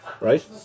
right